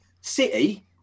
City